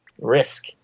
risk